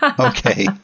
Okay